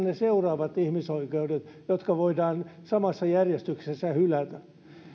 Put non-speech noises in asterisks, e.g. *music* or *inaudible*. *unintelligible* ne seuraavat ihmisoikeudet jotka voidaan samassa järjestyksessä hylätä